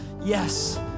yes